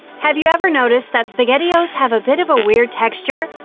have you ever noticed that spaghettios have a bit of a weird texture?